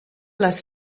les